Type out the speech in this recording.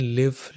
live